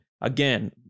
again